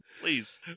please